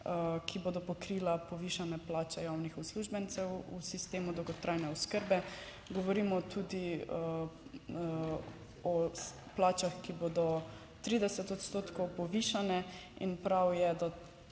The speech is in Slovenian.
ki bodo pokrila povišane plače javnih uslužbencev v sistemu dolgotrajne oskrbe. Govorimo tudi o plačah, ki bodo 30 odstotkov povišane in prav je, da